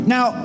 Now